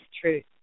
truth